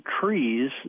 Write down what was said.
trees